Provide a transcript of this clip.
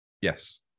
Yes